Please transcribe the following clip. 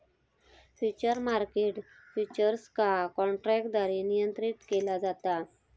futures market futures का काँट्रॅकद्वारे नियंत्रीत केला जाता